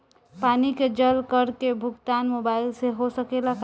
पानी के जल कर के भुगतान मोबाइल से हो सकेला का?